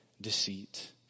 deceit